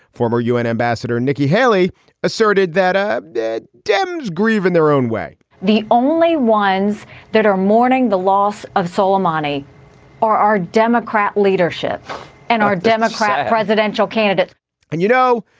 former u n. ambassador nikki haley asserted that up, that dems grieve in their own way the only ones that are mourning the loss of suleimani are our democrat leadership and our democratic presidential candidate and, you know,